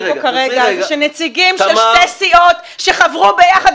פה כרגע זה שאתם מנסים להשפיע על בדיקות --- אל תעצור אותי,